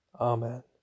Amen